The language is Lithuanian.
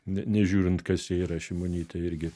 ne nežiūrint kas jie yra šimonytė irgi